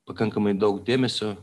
pakankamai daug dėmesio